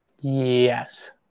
Yes